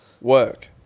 Work